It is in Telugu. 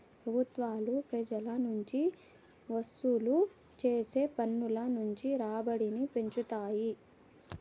పెబుత్వాలు పెజల నుంచి వసూలు చేసే పన్నుల నుంచి రాబడిని పెంచుతాయి